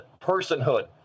personhood